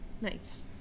Nice